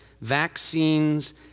vaccines